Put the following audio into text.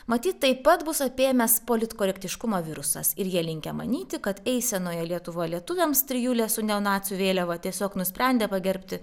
matyt taip pat bus apėmęs politkorektiškumo virusas ir jie linkę manyti kad eisenoj lietuva lietuviams trijulė su neonacių vėliava tiesiog nusprendė pagerbti